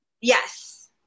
Yes